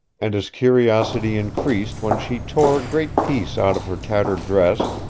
and his curiosity increased when she tore a great piece out of her tattered dress,